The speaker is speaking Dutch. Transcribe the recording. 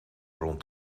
rond